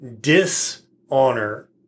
dishonor